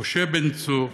משה בן צור,